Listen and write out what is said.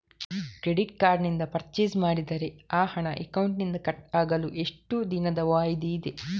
Credit card ನಿಂದ purchase ಮಾಡಿದರೆ ಆ ಹಣ ಅಕೌಂಟಿನಿಂದ ಕಟ್ ಆಗಲು ಎಷ್ಟು ದಿನದ ವಾಯಿದೆ ಇದೆ?